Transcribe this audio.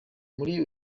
muri